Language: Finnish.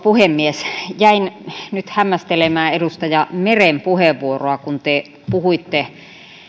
puhemies jäin nyt hämmästelemään edustaja meren puheenvuoroa kun te puhuitte